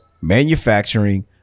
manufacturing